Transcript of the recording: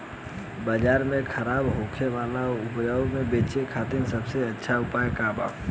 बाजार में खराब होखे वाला उपज के बेचे खातिर सबसे अच्छा उपाय का बा?